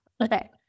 Okay